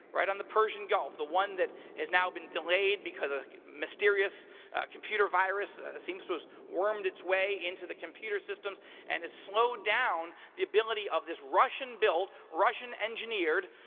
right on the persian gulf. the one that has now been delayed because of mysterious computer virus seems to as wormed its way into the computer systems and has slowed down the ability of this russian-built, russian engineered,